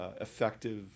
effective